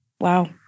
Wow